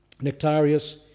Nectarius